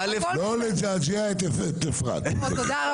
בועז, אתה מתחיל עוד פעם את כל העניין.